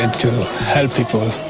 and to help people.